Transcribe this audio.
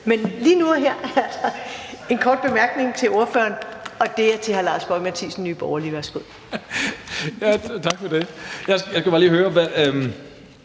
men lige nu og her er der en kort bemærkning, og det er til hr. Lars Boje Mathiesen. Værsgo.